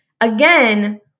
again